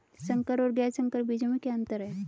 संकर और गैर संकर बीजों में क्या अंतर है?